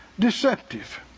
deceptive